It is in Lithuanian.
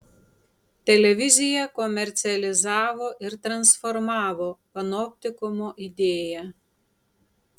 televizija komercializavo ir transformavo panoptikumo idėją